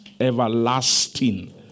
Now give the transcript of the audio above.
everlasting